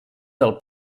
del